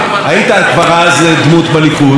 אמר פעם ראש הממשלה,